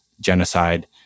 genocide